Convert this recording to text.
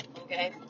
okay